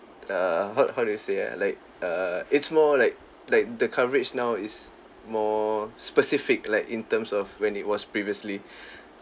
err how how do you say ah like err it's more like like the coverage now is more specific like in terms of when it was previously